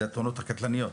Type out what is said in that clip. זה התאונות הקטלניות.